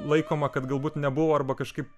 laikoma kad galbūt nebuvo arba kažkaip